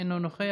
אינו נוכח,